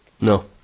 No